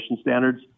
standards